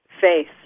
faith